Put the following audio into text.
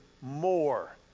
more